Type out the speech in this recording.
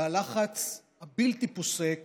ועל לחץ בלתי פוסק